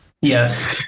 Yes